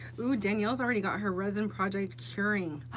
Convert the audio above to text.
ooh, danielle's already got her resin project curing.